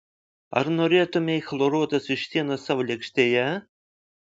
ar norėtumei chloruotos vištienos savo lėkštėje